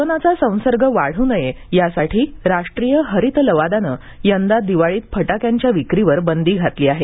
कोरोनाचा संसर्ग वाढू नये यासाठी राष्ट्रीय हरित लवादाने यंदा दिवाळीत फटाक्यांच्या विक्रीवर बंदी घातली आहे